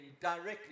directly